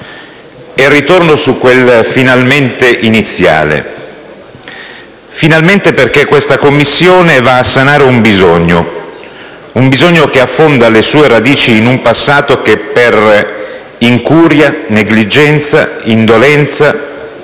e ritorno su quel finalmente iniziale. Dico finalmente perché questa Commissione va a sanare un bisogno, un bisogno che affonda le sue radici in un passato che, per incuria, negligenza, indolenza,